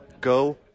go